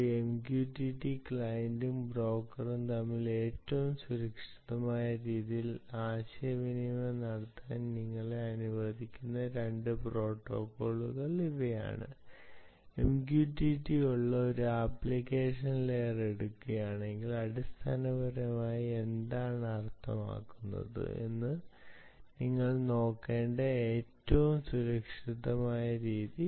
ഒരു MQTT ക്ലയന്റും ബ്രോക്കറും തമ്മിൽ ഏറ്റവും സുരക്ഷിതമായ രീതിയിൽ ആശയവിനിമയം നടത്താൻ നിങ്ങളെ അനുവദിക്കുന്ന രണ്ട് പ്രോട്ടോക്കോളുകൾ ഇവയാണ് MQTT ഉള്ള ഒരു ആപ്ലിക്കേഷൻ ലെയർ എടുക്കുകയാണെങ്കിൽ അടിസ്ഥാനപരമായി എന്താണ് അർത്ഥമാക്കുന്നത് എന്ന് നിങ്ങൾ നോക്കേണ്ട ഏറ്റവും സുരക്ഷിതമായ രീതി